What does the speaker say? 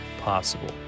possible